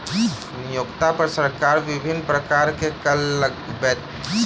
नियोक्ता पर सरकार विभिन्न प्रकारक कर लगबैत अछि